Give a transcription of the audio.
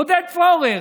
עודד פורר,